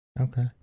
Okay